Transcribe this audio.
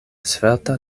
svelta